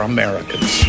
Americans